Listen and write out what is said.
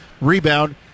rebound